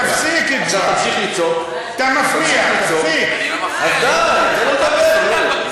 תאונת דרכים, אני מוסיף לו דקה, חבר הכנסת